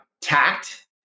tact